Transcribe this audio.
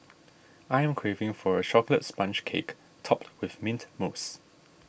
I am craving for a Chocolate Sponge Cake Topped with Mint Mousse